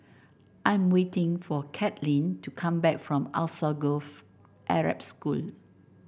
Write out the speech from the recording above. I am waiting for Cathleen to come back from Alsagoff Arab School